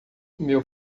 meu